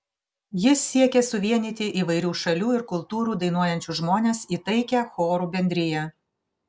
jis siekė suvienyti įvairių šalių ir kultūrų dainuojančius žmones į taikią chorų bendriją